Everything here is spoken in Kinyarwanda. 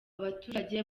baturage